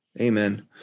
Amen